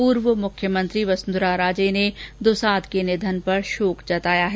पूर्व मुख्यमंत्री वसुंधरा राजे ने दुसाद के निधन पर शोक जताया है